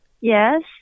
Yes